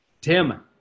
Tim